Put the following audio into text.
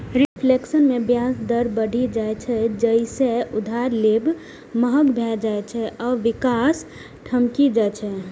reflation मे ब्याज दर बढ़ि जाइ छै, जइसे उधार लेब महग भए जाइ आ विकास ठमकि जाइ छै